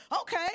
Okay